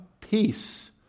peace